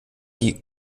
die